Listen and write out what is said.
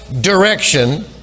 direction